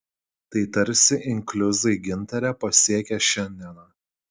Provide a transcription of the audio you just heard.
tai tarsi inkliuzai gintare pasiekę šiandieną